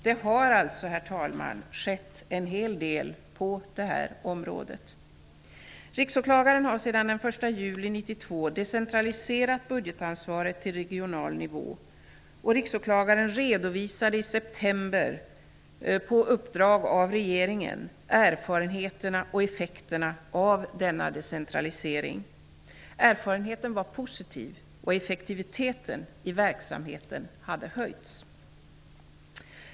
Det har alltså, herr talman, skett en hel del på området. Riksåklagaren har sedan den 1 juli 1992 september redovisade Riksåklagaren på uppdrag av regeringen erfarenheterna och effekterna av decentraliseringen. Erfarenheterna visade sig vara positiva, och effektiviteten i verksamheten hade höjts.